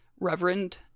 Reverend